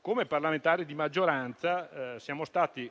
Come parlamentari di maggioranza siamo stati